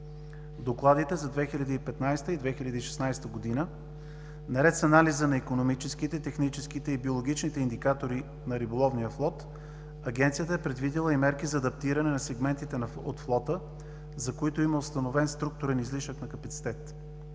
В докладите за 2015 г. и 2016 г., наред с анализа на икономическите, техническите и биологичните индикатори на риболовния флот, Агенцията е предвидила и мерки за адаптиране на сегментите от флота, за които има установен структурен излишък на капацитет.